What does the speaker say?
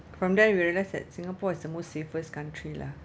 from there you realise that singapore is the most safest country lah